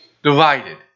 divided